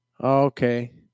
Okay